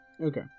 Okay